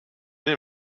die